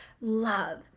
love